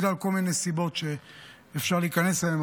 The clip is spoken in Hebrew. מכל מיני סיבות שאפשר להיכנס אליהן,